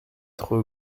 trop